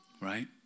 right